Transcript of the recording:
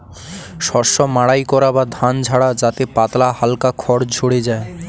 শস্য মাড়াই করা বা ধান ঝাড়া যাতে পাতলা হালকা খড় ঝড়ে যায়